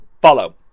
follow